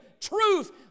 truth